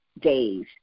days